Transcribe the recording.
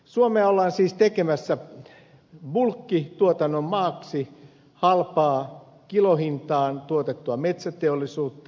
suomea ollaan siis tekemässä bulkkituotannon maaksi halpaan kilohintaan tuotettua metsäteollisuutta